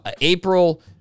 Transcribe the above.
April